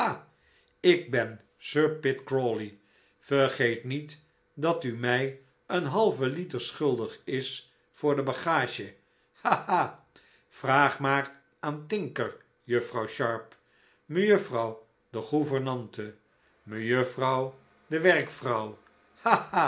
ik ben sir pitt crawley vergeet niet dat u mij een halven liter schuldig is voor de bagage ha ha vraag maar aan tinker juffrouw sharp mejuffrouw de gouvernante mejuffrouw de